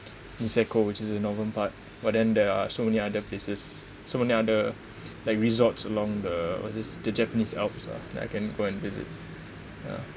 niseko which is in northern part but then there are so many other places so many other like resorts along the what's this the japanese alps ah that I can go and visit ya